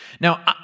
Now